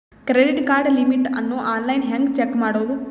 Credit card limit ಅನ್ನು online ಹೆಂಗ್ check ಮಾಡೋದು?